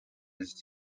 ist